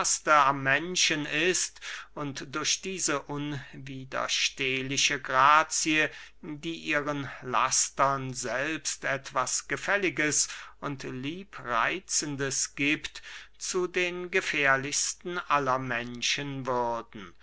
menschen ist und durch diese unwiderstehliche grazie die ihren lastern selbst etwas gefälliges und liebreitzendes giebt zu den gefährlichsten aller menschen würden